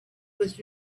was